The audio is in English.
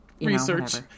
research